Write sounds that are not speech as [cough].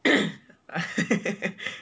[coughs] I [laughs]